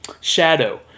shadow